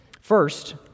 First